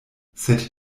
sed